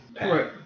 Right